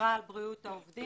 ושמירה על בריאות העובדים.